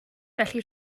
felly